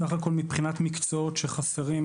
בסך הכול מבחינת מקצועות שחסרים,